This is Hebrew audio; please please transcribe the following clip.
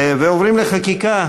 אנחנו עוברים לחקיקה.